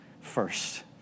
first